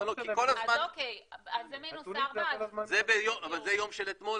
כי כל הזמן --- הנתונים כל הזמן --- אבל זה של יום אתמול,